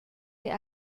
der